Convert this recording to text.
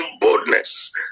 boldness